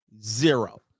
Zero